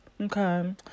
okay